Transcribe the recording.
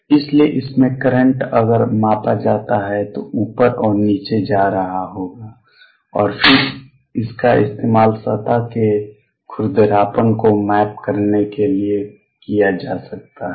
और इसलिए इसमें करंट अगर मापा जाता है तो ऊपर और नीचे जा रहा होगा और फिर इसका इस्तेमाल सतह की खुरदरापन को मैप करने के लिए किया जा सकता है